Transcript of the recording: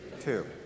Two